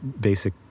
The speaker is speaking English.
basic